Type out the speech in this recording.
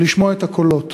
ולשמוע את הקולות.